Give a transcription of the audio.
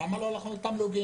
למה לא הלכנו לתמלוגים?